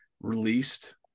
released